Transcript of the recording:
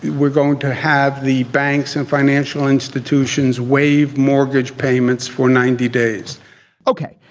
we're going to have the banks and financial institutions waive mortgage payments for ninety days ok,